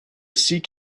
seek